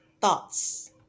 thoughts